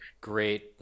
great